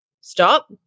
stop